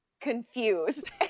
confused